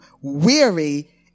weary